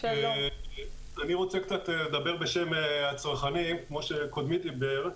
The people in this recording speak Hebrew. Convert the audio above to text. אני רוצה לדבר בשם הצרכנים, כמו שקודמי דיבר.